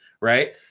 right